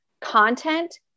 content